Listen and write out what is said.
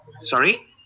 sorry